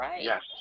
Yes